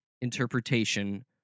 interpretation